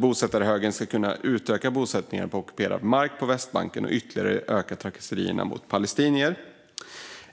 Bosättarhögern ska nu kunna utöka bosättningarna på ockuperad mark på Västbanken och ytterligare öka trakasserierna mot palestinier.